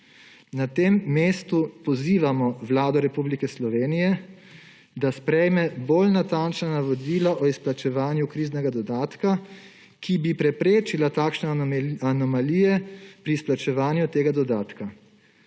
na tem mestu pozivamo Vlado Republike Slovenije, da sprejme bolj natančna navodila o izplačevanju kriznega dodatka, ki bi preprečila takšne anomalije pri izplačevanju tega dodatka.